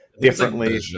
differently